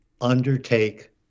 undertake